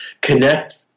connect